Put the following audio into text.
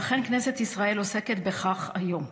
ואכן, כנסת ישראל עוסקת בכך היום,